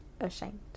ashamed